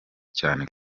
cyane